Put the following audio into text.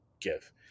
give